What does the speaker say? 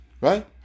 Right